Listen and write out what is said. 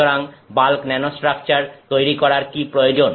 সুতরাং bulk nanostructure তৈরি করার কি প্রয়োজন